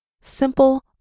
simple